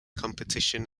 competition